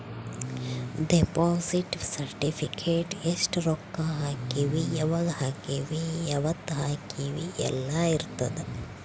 deposit certificate ಎಸ್ಟ ರೊಕ್ಕ ಹಾಕೀವಿ ಯಾವಾಗ ಹಾಕೀವಿ ಯಾವತ್ತ ಹಾಕೀವಿ ಯೆಲ್ಲ ಇರತದ